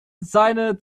seine